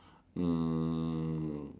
um